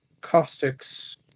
Caustic's